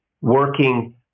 working